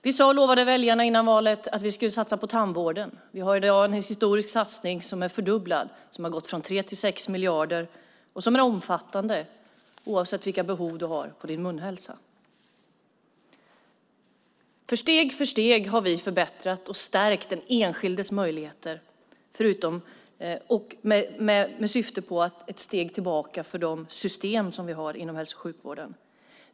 Vi sade och lovade väljarna innan valet att vi skulle satsa på tandvården. Det finns i dag en historiskt fördubblad satsning från 3 till 6 miljarder. Den är omfattande - oavsett vilka behov du har för din munhälsa. Steg för steg har vi förbättrat och stärkt den enskildes möjligheter med syfte att det ska bli ett steg tillbaka för de system som finns inom hälso och sjukvården.